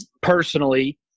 personally